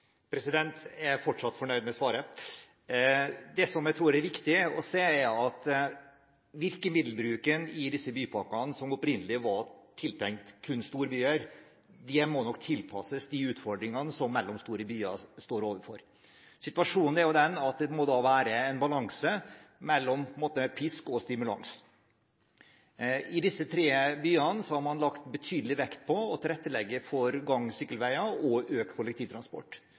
Jeg er fortsatt fornøyd med svaret. Det som jeg tror er viktig å se, er at virkemiddelbruken i disse bypakkene, som opprinnelig var tiltenkt kun storbyer, nok må tilpasses de utfordringene som mellomstore byer står overfor. Situasjonen er den at det må være en balanse mellom pisk og stimulans. I disse tre byene har man lagt betydelig vekt på å tilrettelegge for gang- og sykkelveier og å øke kollektivtransport.